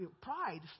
pride